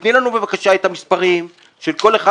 תיתני לנו בבקשה את המספרים של כל אחד